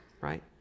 right